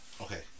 Okay